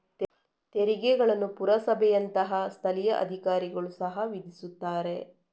ತೆರಿಗೆಗಳನ್ನು ಪುರಸಭೆಯಂತಹ ಸ್ಥಳೀಯ ಅಧಿಕಾರಿಗಳು ಸಹ ವಿಧಿಸುತ್ತಾರೆ